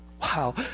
Wow